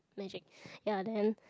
magic ya then